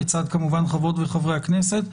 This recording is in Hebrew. בצד כמובן חברות וחברי הכנסת,